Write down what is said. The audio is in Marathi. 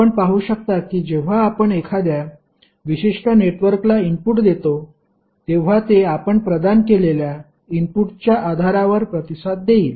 आपण पाहू शकता की जेव्हा आपण एखाद्या विशिष्ट नेटवर्कला इनपुट देतो तेव्हा ते आपण प्रदान केलेल्या इनपुटच्या आधारावर प्रतिसाद देईल